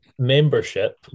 membership